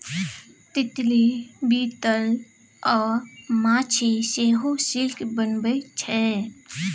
तितली, बिटल अ माछी सेहो सिल्क बनबै छै